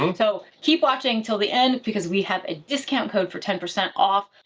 and so, keep watching til the end, because we have a discount code for ten percent off,